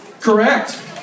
Correct